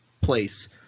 place